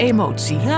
Emotie